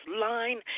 line